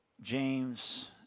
James